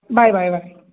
bye bye bye